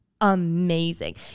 amazing